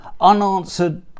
unanswered